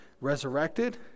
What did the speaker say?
resurrected